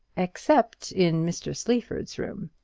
except in mr. sleaford's room.